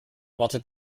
wartet